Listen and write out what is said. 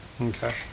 Okay